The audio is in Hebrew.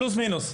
פלוס-מינוס.